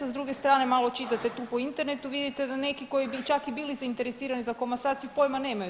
S druge strane malo čitate tu po internetu i vidite da neki koji bi čak i bili zainteresirani za komasaciju pojma nemaju.